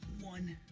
one.